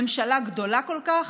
ממשלה גדולה כל כך,